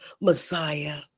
Messiah